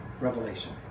revelation